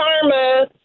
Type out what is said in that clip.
karma